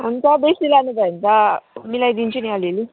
अनि त बेसी लानुभयो भने त मिलाइदिन्छु नि अलिअलि